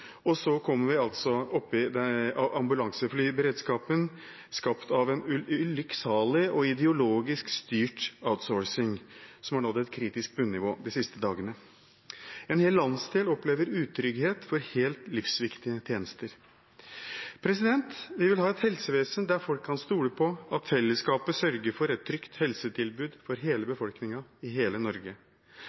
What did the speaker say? Og så er det altså ambulanseflyberedskapen, skapt av en ulykksalig og ideologisk styrt outsourcing, som har nådd et kritisk bunnivå de siste dagene. En hel landsdel opplever utrygghet for helt livsviktige tjenester. Vi vil ha et helsevesen der folk kan stole på at fellesskapet sørger for et trygt helsetilbud for hele befolkningen i hele Norge.